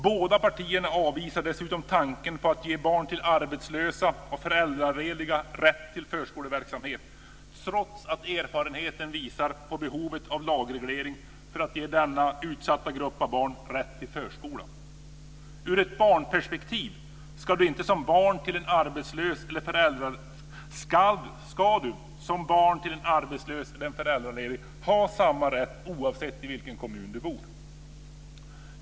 Båda partierna avvisar dessutom tanken på att ge barn till arbetslösa och föräldralediga rätt till förskoleverksamhet trots att erfarenheten visar på behovet av lagreglering för att ge denna utsatta grupp av barn rätt till förskola. Ur ett barnperspektiv ska barn till en arbetslös eller föräldraledig ha samma rätt oavsett i vilken kommun de bor.